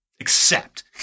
accept